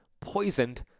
poisoned